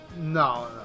No